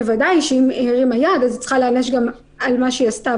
בוודאי שאם היא הרימה יד היא צריכה להעניש גם על מה שהיא עשתה,